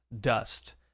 Dust